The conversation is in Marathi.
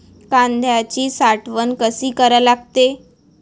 कांद्याची साठवन कसी करा लागते?